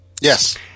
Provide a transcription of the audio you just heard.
Yes